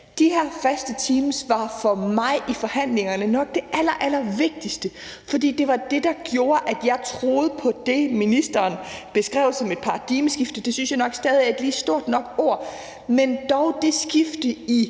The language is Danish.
De her faste teams var for mig nok det allerallervigtigste i forhandlingerne, fordi det var det, der gjorde, at jeg troede på det, ministeren beskrev som et paradigmeskifte – det synes jeg nok stadig væk er et lige stort nok ord, men det er dog det skifte i